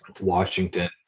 Washington